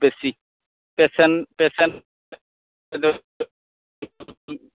বেছি পেচণ্ট